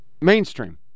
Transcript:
mainstream